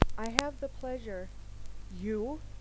i have the pleasure you?